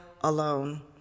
alone